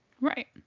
right